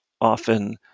often